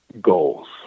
goals